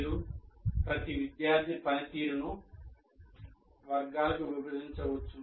మీరు ప్రతి విద్యార్థి పనితీరును ఈ వర్గాలుగా విభజించవచ్చు